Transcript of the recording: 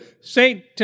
Saint